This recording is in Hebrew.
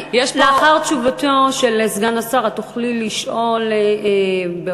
לאחר תשובתו של סגן השר את תוכלי לשאול במשך